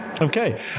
Okay